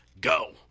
Go